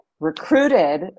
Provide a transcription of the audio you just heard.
Recruited